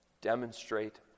demonstrate